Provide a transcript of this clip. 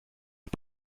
est